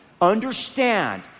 Understand